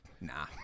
Nah